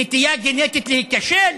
נטייה גנטית להיכשל?